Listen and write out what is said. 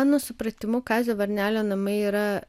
mano supratimu kazio varnelio namai yra